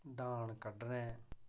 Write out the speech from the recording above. डाह्न कड्ढने